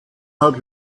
hat